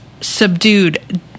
subdued